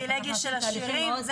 אני